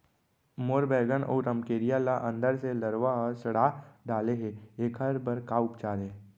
मोर बैगन अऊ रमकेरिया ल अंदर से लरवा ह सड़ा डाले हे, एखर बर का उपचार हे?